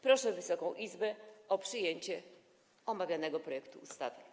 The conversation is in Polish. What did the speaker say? Proszę Wysoką Izbę o przyjęcie omawianego projektu ustawy.